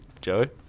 Joey